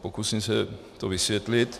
Pokusím se to vysvětlit.